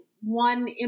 one